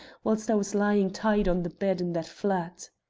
whilst i was lying tied on the bed in that flat.